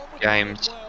games